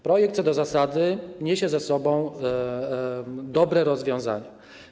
Projekt co do zasady niesie za sobą dobre rozwiązania.